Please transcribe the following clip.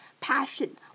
passion